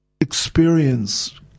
experience